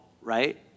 right